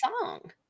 song